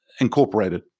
Incorporated